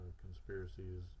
conspiracies